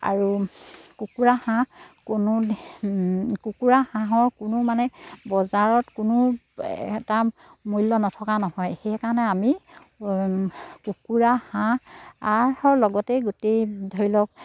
আৰু কুকুৰা হাঁহ কোনো কুকুৰা হাঁহৰ কোনো মানে বজাৰত কোনো এটা মূল্য নথকা নহয় সেইকাৰণে আমি কুকুৰা হাঁহৰ লগতেই গোটেই ধৰি লওক